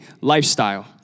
lifestyle